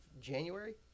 january